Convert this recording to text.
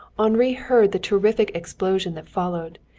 henri heard the terrific explosion that followed,